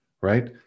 right